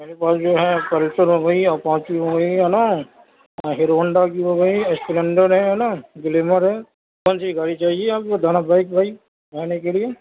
میرے پاس جو ہے پلسر ہوگئی اپاچی ہوگئی ہے نہ ہیرو ہونڈا کی ہوگئی اسپلینڈر ہے ہے نہ گلیمر ہے کون سی گاڑی چاہیے آپ کو بتانا باٮٔک بھاٮٔی جانے کے لیے